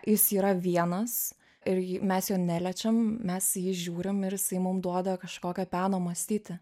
jis yra vienas ir jį mes jo neliečiam mes jį žiūrim ir jisai mum duoda kažkokią peno mąstyti